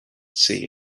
see